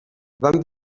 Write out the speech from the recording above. van